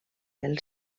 del